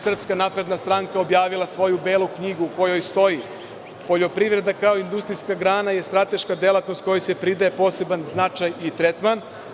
Srpska napredna stranka je 2012. godine objavila svoju belu knjigu u kojoj stoji - poljoprivreda kao industrijska grana je strateška delatnost kojoj se pridaje poseban značaj i tretman.